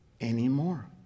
anymore